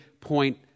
point